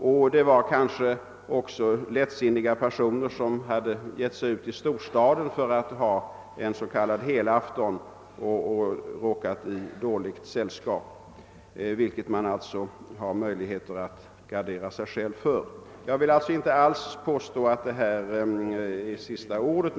Kanske var det även fråga om lättsinniga personer som givit sig ut i storstaden för att ha en s.k. helafton och som då råkat i dåligt sällskap. Men sådant har man ju själv möjlighet att gardera sig mot. Jag vill alls inte påstå att detta är sista ordet.